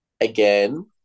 Again